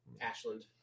Ashland